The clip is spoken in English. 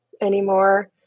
anymore